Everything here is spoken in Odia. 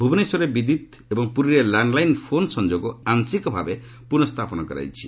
ଭୁବନେଶ୍ୱରରେ ବିଦ୍ୟୁତ୍ ଏବଂ ପୁରୀରେ ଲ୍ୟାଣ୍ଡଲାଇନ୍ ଫୋନ୍ ସଂଯୋଗ ଆଂଶିକ ଭାବେ ପ୍ରନଃ ସ୍ଥାପନ କରାଯାଇଛି